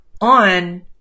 on